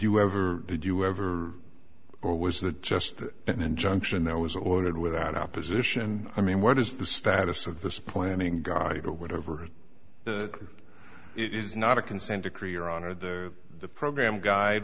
you ever did you ever or was that just an injunction that was ordered without opposition i mean what is the status of this planning guide or whatever it is not a consent decree your honor the program guide